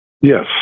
Yes